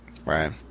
Right